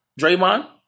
Draymond